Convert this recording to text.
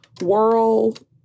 world